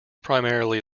primarily